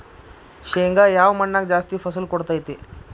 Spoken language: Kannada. ಶೇಂಗಾ ಯಾವ ಮಣ್ಣಾಗ ಜಾಸ್ತಿ ಫಸಲು ಕೊಡುತೈತಿ?